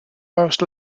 most